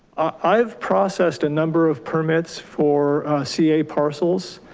i've processed a number of permits for ca parcels,